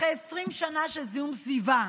אחרי 20 שנה של זיהום סביבה